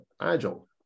Agile